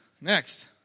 Next